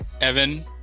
Evan